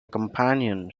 companions